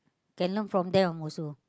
can learn from them also